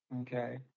Okay